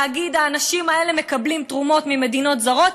להגיד: האנשים האלה מקבלים תרומות ממדינות זרות,